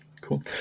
Cool